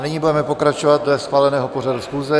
Nyní budeme pokračovat dle schváleného pořadu schůze.